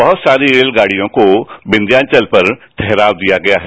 बहत सारी रेलगाडियों को विंध्याचल पर ठहराव दिया गया है